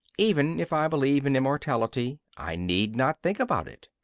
even if i believe in immortality i need not think about it.